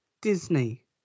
Disney